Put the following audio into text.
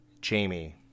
Jamie